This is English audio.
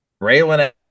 Raylan